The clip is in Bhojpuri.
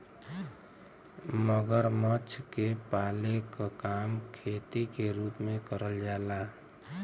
मगरमच्छ के पाले क काम खेती के रूप में करल जाला